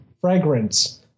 fragrance